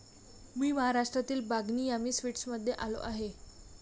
मी महाराष्ट्रातील बागनी यामी स्वीट्समध्ये आलो आहे